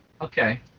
okay